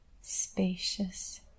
spacious